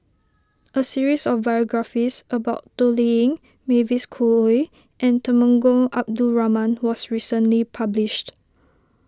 a series of biographies about Toh Liying Mavis Khoo Oei and Temenggong Abdul Rahman was recently published